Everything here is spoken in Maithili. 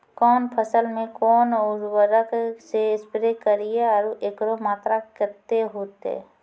कौन फसल मे कोन उर्वरक से स्प्रे करिये आरु एकरो मात्रा कत्ते होते?